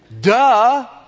Duh